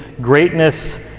greatness